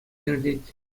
иртет